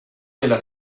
della